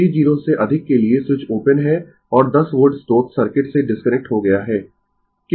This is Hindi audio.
t 0 से अधिक के लिए स्विच ओपन है और 10 वोल्ट स्रोत सर्किट से डिस्कनेक्ट हो गया है